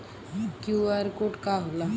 QR का होला?